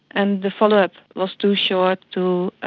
and the follow-up was too short to